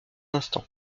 instant